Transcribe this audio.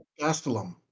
Gastelum